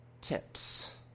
tips